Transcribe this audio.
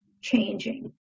changing